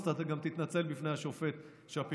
אז אתה גם תתנצל בפני השופט שפירא.